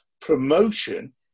promotion